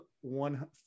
one